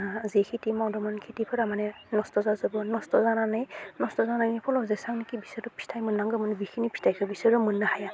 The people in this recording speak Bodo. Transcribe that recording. जि खेथि मावदोंमोन खेथिफोरा माने नस्थ' जाजोबो नस्थ' जानानै नस्थ' जानायनि फलाव जेसांखि बिसोरो फिथाइ मोननांगौमोन बिखिनि फिथाइखौ बिसोरो मोननो हाया